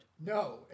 No